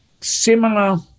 similar